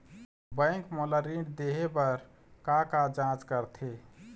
Bank मोला ऋण देहे बार का का जांच करथे?